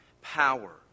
power